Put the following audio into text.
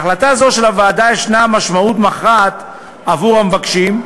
להחלטה זו של הוועדה יש משמעות מכרעת עבור המבקשים,